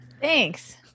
Thanks